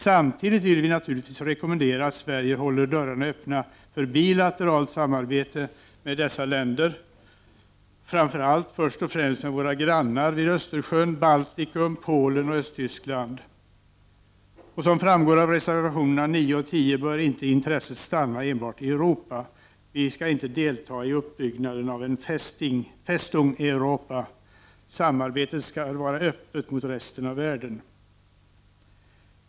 Samtidigt vill vi naturligtvis rekommendera att Sverige håller dörrarna öppna för bilateralt samarbete med dessa länder, framför allt med våra grannar vid Östersjön — Baltikum, Polen och Östtyskland. Som framgår av reservationerna 9 och 10 bör inte intresset stanna enbart vid Europa. Vi skall inte delta i uppbyggnaden av en ”Festung Europa”, utan samarbetet skall vara öppet mot resten av världen.